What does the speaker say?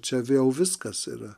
čia vėl viskas yra